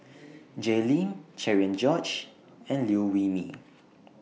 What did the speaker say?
Jay Lim Cherian George and Liew Wee Mee